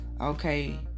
okay